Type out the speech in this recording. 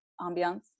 ambiance